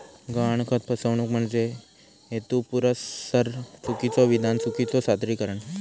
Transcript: गहाणखत फसवणूक म्हणजे हेतुपुरस्सर चुकीचो विधान, चुकीचो सादरीकरण